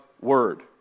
Word